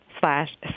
slash